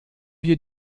wir